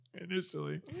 initially